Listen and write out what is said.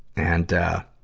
and,